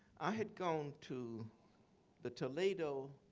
i had gone to the toledo